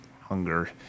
hunger